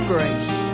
Grace